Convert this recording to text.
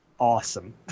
Awesome